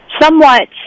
somewhat